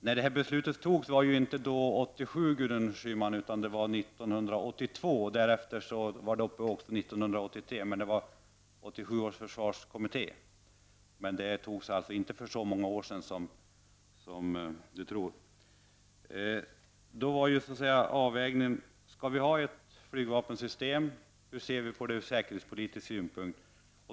Herr talman! Detta beslut fattades ju inte 1978, Gudrun Schyman, utan 1982. Därefter var det uppe till diskussion också 1983, men det var 1978 års försvarskommitté som beredde frågan. Beslutet fattades alltså inte för så många år sedan, som Gudrun Schyman tror. Då var frågan: Skall vi ha ett flygvapensystem; hur ser vi på det ur säkerhetspolitisk synpunkt?